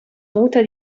muta